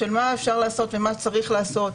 של מה אפשר לעשות ומה צריך לעשות.